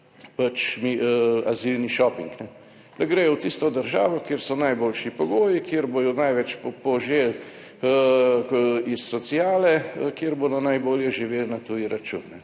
pač azilni šoping, da gredo v tisto državo, kjer so najboljši pogoji, kjer bodo največ poželi iz sociale, kjer bodo najbolje živeli na tuji račun.